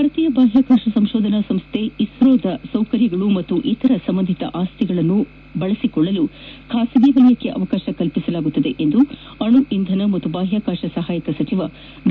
ಭಾರತೀಯ ಬಾಹ್ಯಾಕಾಶ ಸಂಶೋಧನಾ ಸಂಸ್ಥೆ ಇಸ್ರೋದ ಸೌಕರ್ಯಗಳು ಹಾಗೂ ಇತರ ಸಂಬಂಧಿತ ಆಸ್ಲಿಗಳನ್ನು ಬಳಸಿಕೊಳ್ಳಲು ಖಾಸಗಿ ವಲಯಕ್ಕೆ ಅವಕಾಶ ಕಲ್ಪಿಸಲಾಗುತ್ತದೆ ಎಂದು ಅಣು ಇಂಧನ ಹಾಗೂ ಬಾಹ್ಲಾಕಾಶ ಸಹಾಯಕ ಸಚಿವ ಡಾ